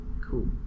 cool